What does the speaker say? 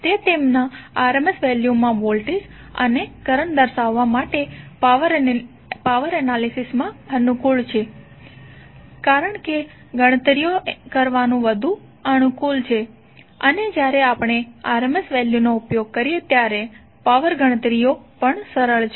તે તેમના RMS વેલ્યુમાં વોલ્ટેજ અને કરંટ દર્શાવવા માટે પાવર એનાલિસિસમાં અનુકૂળ છે કારણ કે ગણતરીઓ કરવાનું વધુ અનુકૂળ છે અને જ્યારે આપણે RMS વેલ્યુનો ઉપયોગ કરીએ ત્યારે પાવર ગણતરીઓ પણ સરળ છે